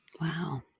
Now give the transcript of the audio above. Wow